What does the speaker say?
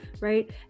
right